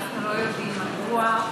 אנחנו לא יודעים מדוע,